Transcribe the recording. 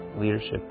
leadership